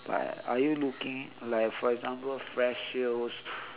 are you looking like for example flash sales